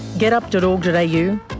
getup.org.au